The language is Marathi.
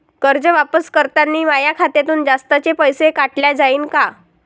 कर्ज वापस करतांनी माया खात्यातून जास्तीचे पैसे काटल्या जाईन का?